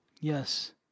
Yes